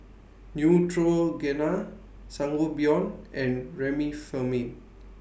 Neutrogena Sangobion and Remifemin